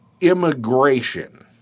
immigration